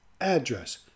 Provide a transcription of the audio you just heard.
address